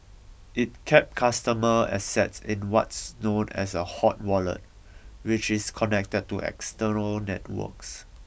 it kept customer assets in what's known as a hot wallet which is connected to external networks